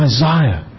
Isaiah